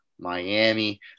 Miami